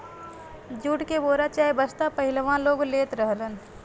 jute के बोरा चाहे बस्ता पहिलवां लोग लेत रहलन